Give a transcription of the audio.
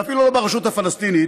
ואפילו לא ברשות הפלסטינית,